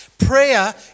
prayer